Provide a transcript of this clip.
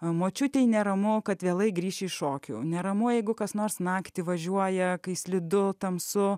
ar močiutei neramu kad vėlai grįš į šokių neramu jeigu kas nors naktį važiuoja kai slidu tamsu